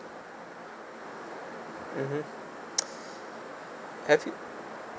mmhmm as in